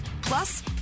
Plus